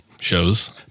shows